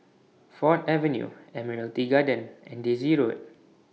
Ford Avenue Admiralty Garden and Daisy Road